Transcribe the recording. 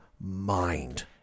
mind